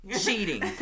Cheating